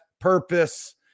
purpose